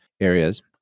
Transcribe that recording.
areas